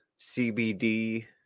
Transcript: CBD